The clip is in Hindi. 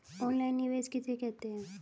ऑनलाइन निवेश किसे कहते हैं?